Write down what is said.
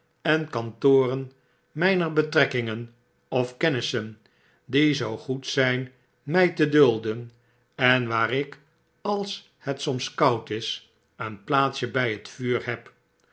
en kantoren mper betrekkingen of kennissen die zoo goed zp mij te dulden en waar ik als het soms koud is eto plaatsje bjj het vuur heb